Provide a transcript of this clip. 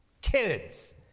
kids